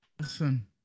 Listen